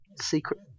secret